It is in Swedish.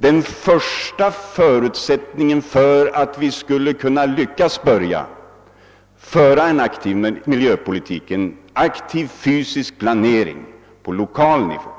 Den första förutsättningen för att vi skulle kunna lyckas föra en aktiv miljöpolitik, en aktiv fysisk planering på lokal nivå